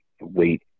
wait